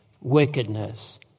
wickedness